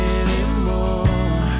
anymore